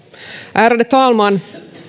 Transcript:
ärade talman